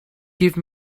give